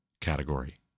category